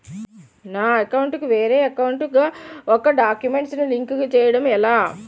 నా అకౌంట్ కు వేరే అకౌంట్ ఒక గడాక్యుమెంట్స్ ను లింక్ చేయడం ఎలా?